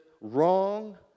wrong